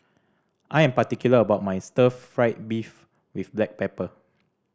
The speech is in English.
I am particular about my stir fried beef with black pepper